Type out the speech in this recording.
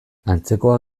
antzekoa